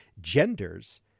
genders